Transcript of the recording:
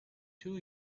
two